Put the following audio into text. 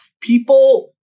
people